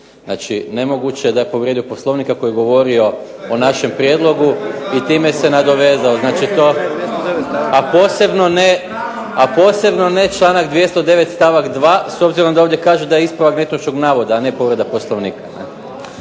Znači, nemoguće je da je povrijedio Poslovnik ako je govorio o našem prijedlogu i time se nadovezao. Znači to, a posebno ne članak 209. stavak 2. s obzirom da ovdje kaže da je ispravak netočnog navoda, a ne povreda Poslovnika.